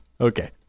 Okay